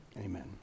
amen